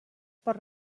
per